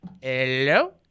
Hello